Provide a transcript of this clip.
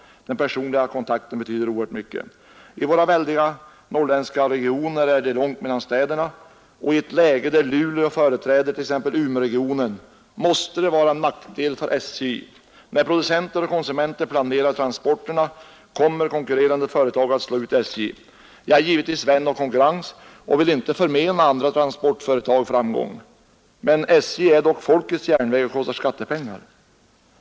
Den personliga kontakten betyder oerhört mycket. I vår väldiga norrländska region är det långt mellan städerna, och det läge där Luleå företräder t.ex. Umeregionen måste vara en nackdel för SJ. När producenter och konsumenter planerar transporter kommer konkurrerande företag att slå ut SJ. Jag är givetvis vän av konkurrens och vill inte förmena andra transportföretag framgång, men SJ är dock folkets järnväg och kostar skattepengar.